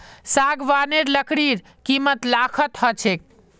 सागवानेर लकड़ीर कीमत लाखत ह छेक